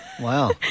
Wow